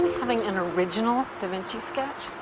having an original da vinci sketch.